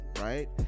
right